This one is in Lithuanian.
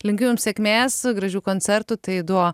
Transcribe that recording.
linkiu jums sėkmės gražių koncertų tai du